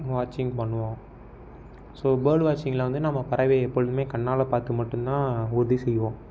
வாட்சிங் பண்ணுவோம் so bird வாட்சிங்கில் வந்து நம்ம பறவையை எப்பொழுதுமே கண்ணால் பார்த்து மட்டுந்தான் உறுதி செய்வோம்